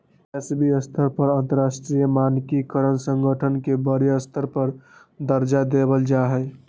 वैश्विक स्तर पर अंतरराष्ट्रीय मानकीकरण संगठन के बडे स्तर पर दर्जा देवल जा हई